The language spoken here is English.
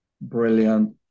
brilliant